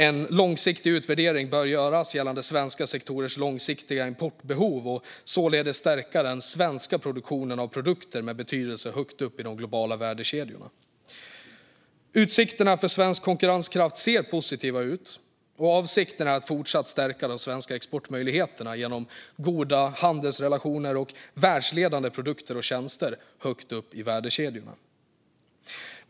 En långsiktig utvärdering bör göras av svenska sektorers långsiktiga importbehov och således av att stärka den svenska produktionen av produkter med betydelse högt upp i de globala värdekedjorna. Utsikterna för svensk konkurrenskraft ser positiva ut. Avsikten är att fortsätta att stärka de svenska exportmöjligheterna genom goda handelsrelationer och ha världsledande produkter och tjänster, högt upp i värdekedjorna.